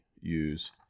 use